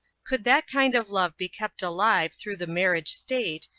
could that kind of love be kept alive through the marriage state,